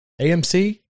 AMC